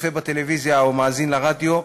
צופה בטלוויזיה או מאזין לרדיו,